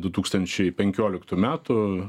du tūkstančiai penkioliktų metų